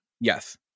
Yes